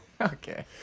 Okay